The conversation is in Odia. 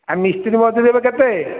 ଆଉ ମିସ୍ତ୍ରୀ ମଜୁରୀ ଏବେ କେତେ